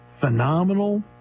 phenomenal